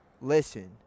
listen